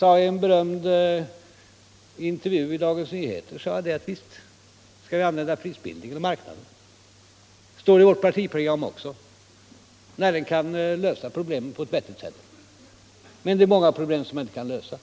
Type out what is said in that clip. I en omtalad intervju i Dagens Nyheter sade jag att visst skall vi använda prisbildningen och marknaden — det står också i vårt partiprogram — när problemen därigenom kan lösas på ett vettigt sätt. Men det är många problem som man inte kan lösa.